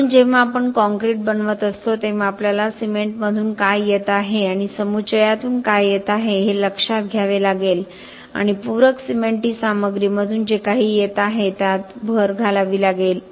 म्हणून जेव्हा आपण काँक्रीट बनवत असतो तेव्हा आपल्याला सिमेंटमधून काय येत आहे आणि समुच्चयातून काय येत आहे हे लक्षात घ्यावे लागेल आणि पूरक सिमेंटी सामग्रीमधून जे काही येत आहे त्यात भर घालावी लागेल